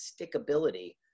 stickability